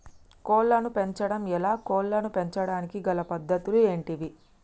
కోళ్లను పెంచడం ఎలా, కోళ్లను పెంచడానికి గల పద్ధతులు ఏంటివి?